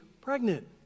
pregnant